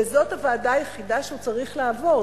וזאת הוועדה היחידה שהוא צריך לעבור.